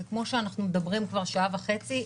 זה כמו שאנחנו מדברים כבר שעה וחצי,